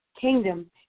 kingdom